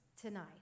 tonight